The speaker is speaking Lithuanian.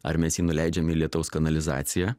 ar mes jį nuleidžiam į lietaus kanalizaciją